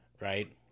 right